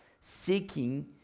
seeking